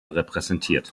repräsentiert